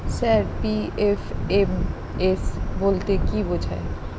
Sir PFMS বলতে কি বোঝায়?